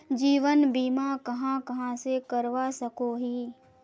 जीवन बीमा कहाँ कहाँ से करवा सकोहो ही?